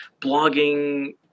blogging